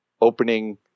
opening